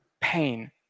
pain